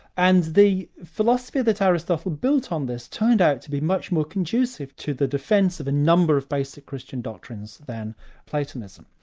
and the philosophy that aristotle built on this, turned out to be much more conducive to the defence of a number of basic christian doctrines than platonism.